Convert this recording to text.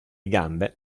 gambe